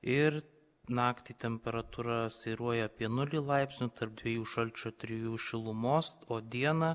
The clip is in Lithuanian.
ir naktį temperatūra svyruoja apie nulį laipsnių tarp dviejų šalčio trijų šilumos o dieną